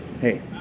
Hey